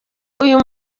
uyu